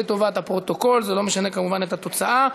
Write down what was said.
לטובת הפרוטוקול, זה לא משנה כמובן את התוצאה.